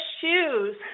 shoes